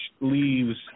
leaves